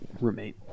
roommate